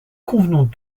convenons